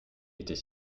était